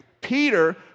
Peter